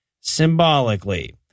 symbolically